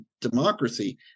democracy